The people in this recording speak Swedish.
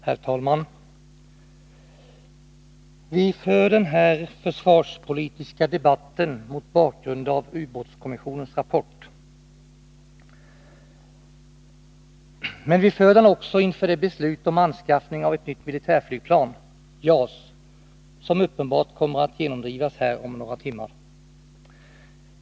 Herr talman! Vi för den här försvarspolitiska debatten mot bakgrund av ubåtskommissionens rapport. Men vi för den också inför det beslut om anskaffning av ett nytt militärflygplan — JAS — som uppenbart kommer att genomdrivas här om några timmar.